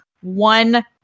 one